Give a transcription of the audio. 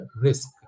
risk